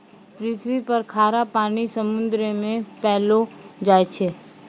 पृथ्वी पर खारा पानी समुन्द्र मे पैलो जाय छै